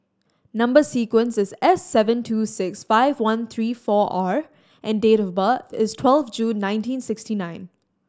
number sequence is S seven two six five one three four R and date of birth is twelve June nineteen sixty nine